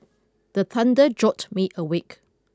the thunder jolt me awake